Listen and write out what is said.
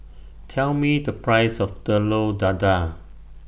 Tell Me The Price of Telur Dadah